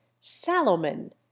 salomon